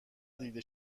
دیده